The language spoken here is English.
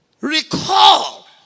Recall